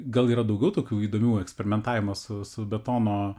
gal yra daugiau tokių įdomių eksperimentavimo su su betono